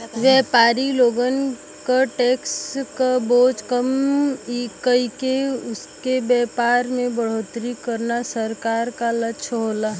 व्यापारी लोगन क टैक्स क बोझ कम कइके उनके व्यापार में बढ़ोतरी करना सरकार क लक्ष्य होला